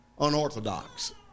unorthodox